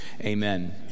Amen